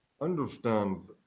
understand